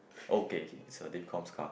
okay it's a div comm's car